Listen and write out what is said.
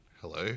Hello